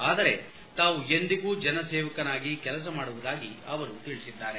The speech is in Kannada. ಆದರೆ ತಾವು ಎಂದಿಗೂ ಜನಸೇವಕನಾಗಿ ಕೆಲಸ ಮಾಡುವುದಾಗಿ ತಿಳಿಸಿದ್ದಾರೆ